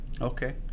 Okay